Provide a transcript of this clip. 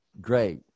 great